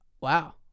Wow